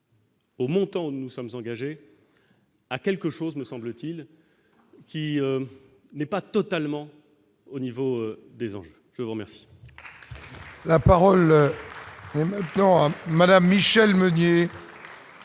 Au montant nous sommes engagés à quelque chose, me semble-t-il, qui n'est pas totalement au niveau des hanches, je vous remercie. La parole non madame Michelle Meunier.